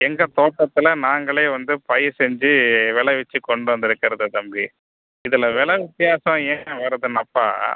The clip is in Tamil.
எங்கத் தோட்டத்தில் நாங்களே வந்து பயிர் செய்து விளவிச்சி கொண்டு வந்துருக்குறது தம்பி இதில் விலை வித்தியாசம் ஏன் வருதுன்னாப்பா